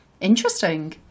Interesting